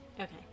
Okay